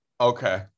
Okay